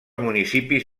municipis